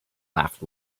laughed